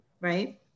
right